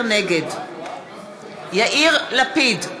נגד יאיר לפיד,